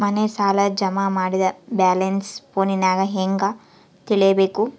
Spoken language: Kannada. ಮನೆ ಸಾಲ ಜಮಾ ಮಾಡಿದ ಬ್ಯಾಲೆನ್ಸ್ ಫೋನಿನಾಗ ಹೆಂಗ ತಿಳೇಬೇಕು?